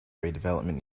redevelopment